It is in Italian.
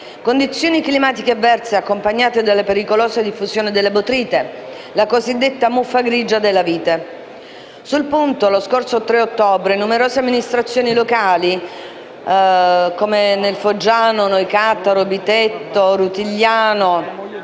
condizioni climatiche avverse accompagnate dalla pericolosa diffusione della botrite, la cosiddetta muffa grigia della vite. Sul punto, lo scorso 3 ottobre, numerose amministrazioni locali pugliesi, del barese e del foggiano - da Noicattaro a Bitetto a Rutigliano